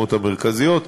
המשימות המרכזיות,